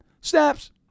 SNAPS